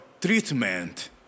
treatment